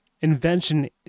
invention